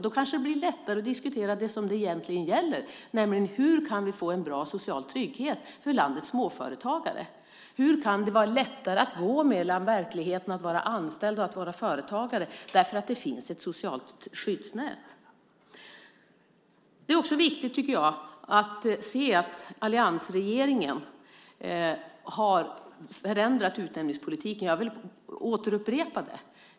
Då kanske det blir lättare att diskutera det som det egentligen gäller, nämligen hur vi kan få en bra social trygghet för landets småföretagare, och hur det kan bli lättare att gå mellan verkligheten att vara anställd och att vara företagare därför att det finns ett socialt skyddsnät. Det är också viktigt att se att alliansregeringen har förändrat utnämningspolitiken. Jag vill återupprepa det.